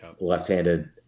left-handed